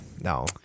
no